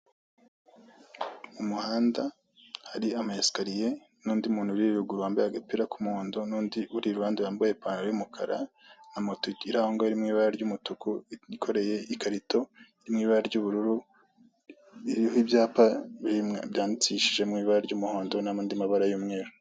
Mu muhanda hari ama esikariye n'undi muntu uri ruguru wambaye agapira k'umuhondo n'undi uri iruhande wambaye ipantaro y'umukara na moto iri aho ngaho iri mu ibara ry'umutuku, yikoreye ikarito iri mu ibara ry'ubururu, iriho ibyapa byandikishije mu ibara ry'umuhondo n'andi mabara y'umweru.